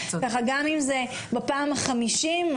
גם אם זה בפעם ה-50,